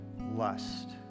Lust